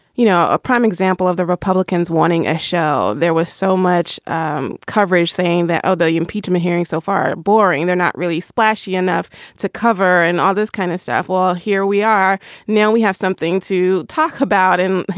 you know, a prime example of the republicans wanting a show. there was so much um coverage saying that, oh, the impeachment hearings so far are boring. they're not really splashy enough to cover and all this kind of stuff. well, here we are now. we have something to talk about and,